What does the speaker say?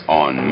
on